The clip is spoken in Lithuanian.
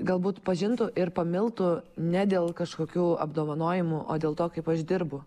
galbūt pažintų ir pamiltų ne dėl kažkokių apdovanojimų o dėl to kaip aš dirbu